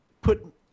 Put